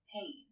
pain